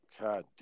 God